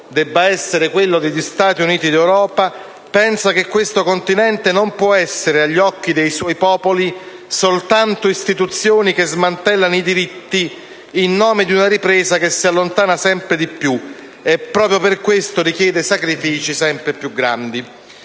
debba essere quello degli Stati Uniti d'Europa pensa che questo continente non può essere agli occhi dei suoi popoli soltanto istituzioni che smantellano i diritti in nome di una ripresa che si allontana sempre di più e che proprio per questo, richiede sacrifici sempre più grandi.